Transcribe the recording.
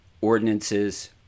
ordinances